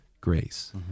grace